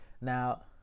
Now